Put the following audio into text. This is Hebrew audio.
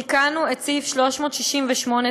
זה תיקון סעיף 368ד,